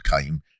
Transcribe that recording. came